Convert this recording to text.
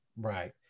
Right